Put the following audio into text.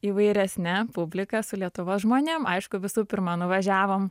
įvairesne publika su lietuvos žmonėm aišku visų pirma nuvažiavom